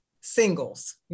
singles